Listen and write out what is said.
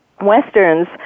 Westerns